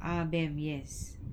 ah ben yes